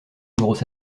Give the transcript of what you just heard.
grosse